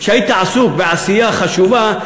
שהיית עסוק בעשייה חשובה,